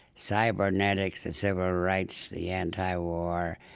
cybernetics and civil rights, the anti-war,